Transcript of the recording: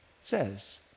says